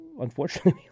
Unfortunately